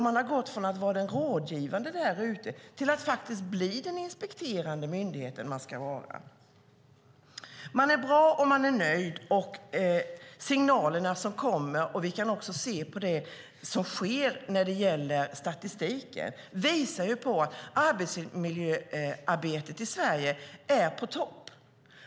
Man har gått från att vara den rådgivande till att bli den inspekterande myndighet som man ska vara. Man är bra, och man är nöjd. Det är de signaler som kommer. Vi kan också se vad som sker; statistiken visar att arbetsmiljöarbetet i Sverige är på topp.